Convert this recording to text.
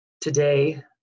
today